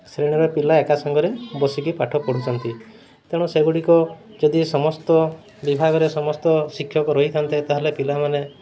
ଶ୍ରେଣୀର ପିଲା ଏକା ସାଙ୍ଗରେ ବସିକି ପାଠ ପଢ଼ୁଛନ୍ତି ତେଣୁ ସେଗୁଡ଼ିକ ଯଦି ସମସ୍ତ ବିଭାଗରେ ସମସ୍ତ ଶିକ୍ଷକ ରହିଥାନ୍ତେ ତା'ହେଲେ ପିଲାମାନେ